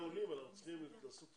צריך עכשיו